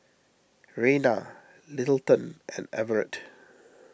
Reyna Littleton and Everett